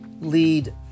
lead